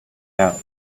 out